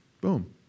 boom